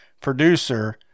producer